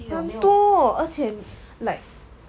很多而且 like